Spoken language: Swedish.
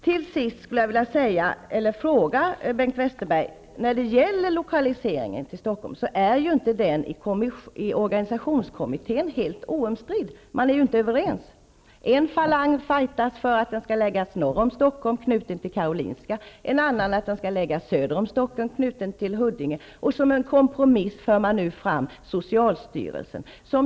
Till sist skulle jag vilja fråga Bengt Westerberg: När det gäller lokaliseringen till Stockholm är den ju inte helt omstridd i organisationskommittén. Man är inte överens. En falang fajtas för att institutet skall förläggas norr om Stockholm, knutet till Karolinska sjukhuset, en annan för att det skall förläggas söder om Stockholm, knutet till Huddinge sjukhus. Som en kompromiss förs nu socialstyrelsen fram.